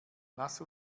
lass